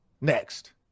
next